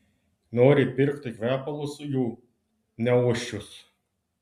nori pirkti kvepalus jų neuosčius